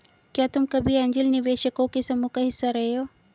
क्या तुम कभी ऐन्जल निवेशकों के समूह का हिस्सा रहे हो?